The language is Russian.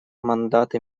мандаты